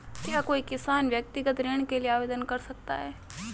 क्या कोई किसान व्यक्तिगत ऋण के लिए आवेदन कर सकता है?